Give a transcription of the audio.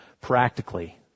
practically